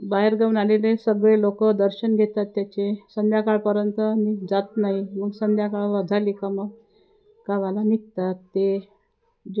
बाहेर गावाहून आलेले सगळे लोक दर्शन घेतात त्याचे संध्याकाळपर्यंत आणि जात नाही मग संध्याकाळ व झाली का मग गावाला निघतात ते जे